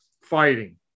fighting